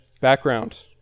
background